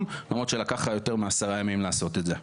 למרות שלקח לך יותר מעשרה ימים לעשות את זה.